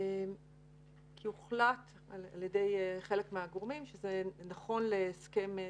כי הוחלט על ידי חלק מהגורמים שזה נכון להסכם שכר.